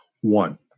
One